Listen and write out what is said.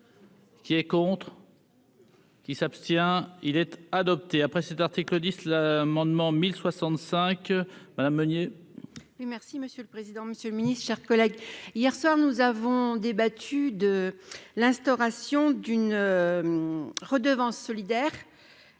Qui est contre. Qui s'abstient-il être adopté après cet article 10 l'amendement 1065 madame Meunier. Merci monsieur le président, Monsieur le Ministre, chers collègues, hier soir nous avons débattu de l'instauration d'une redevance solidaire